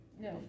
no